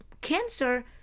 cancer